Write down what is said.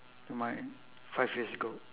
my five years ago